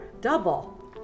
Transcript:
double